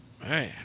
Man